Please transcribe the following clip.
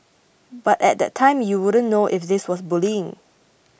but at that time you wouldn't know if this was bullying